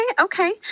okay